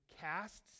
casts